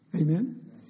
Amen